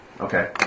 Okay